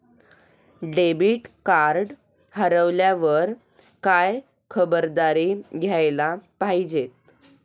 Debit card हरवल्यावर काय खबरदारी घ्यायला पाहिजे?